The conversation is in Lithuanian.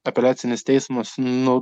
apeliacinis teismas nu